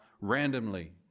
randomly